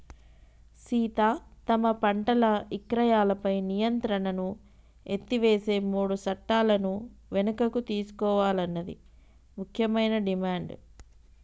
సీత తమ పంటల ఇక్రయాలపై నియంత్రణను ఎత్తివేసే మూడు సట్టాలను వెనుకకు తీసుకోవాలన్నది ముఖ్యమైన డిమాండ్